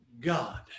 God